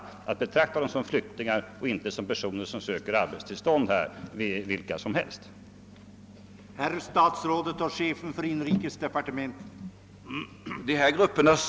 Då kan man anse vederbörande som flyktingar och inte som vilka personer som helst vilka söker arbetstillstånd.